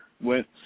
went